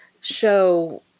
show